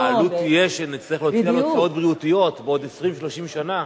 העלות תהיה כשנצטרך להוציא על הוצאות בריאותיות בעוד 20 30 שנה,